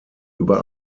über